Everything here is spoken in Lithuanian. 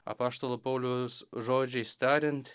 apaštalo pauliaus žodžiais tariant